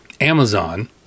Amazon